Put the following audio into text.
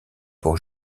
pour